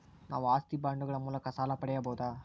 ನಾವು ಆಸ್ತಿ ಬಾಂಡುಗಳ ಮೂಲಕ ಸಾಲ ಪಡೆಯಬಹುದಾ?